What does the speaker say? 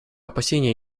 опасения